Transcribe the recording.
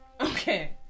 Okay